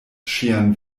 ŝian